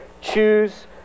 choose